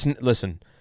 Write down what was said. listen